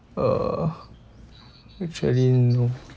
uh actually no